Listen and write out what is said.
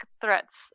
threats